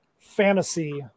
fantasy